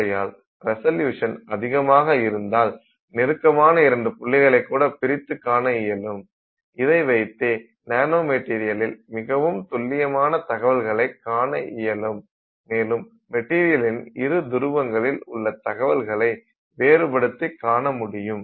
ஆகையால் ரிசல்யுசன் அதிகமாக இருந்தால் நெருக்கமான இரண்டு புள்ளிகளை கூட பிரித்துக் காண இயலும் இதை வைத்தே நானோ மெட்டீரியலில் மிகவும் துல்லியமான தகவல்களை காண இயலும் மேலும் மெட்டீரியலின் இருதுருவங்களில் உள்ள தகவல்களை வேறுபடுத்தி காணமுடியும்